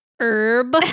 herb